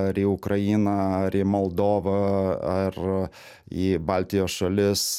ar į ukrainą į moldovą ar į baltijos šalis